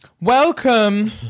welcome